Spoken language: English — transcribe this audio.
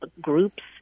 groups